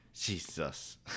Jesus